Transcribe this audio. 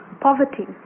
poverty